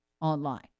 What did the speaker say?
online